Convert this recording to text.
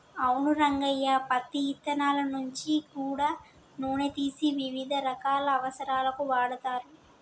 అవును రంగయ్య పత్తి ఇత్తనాల నుంచి గూడా నూనె తీసి వివిధ రకాల అవసరాలకు వాడుతరు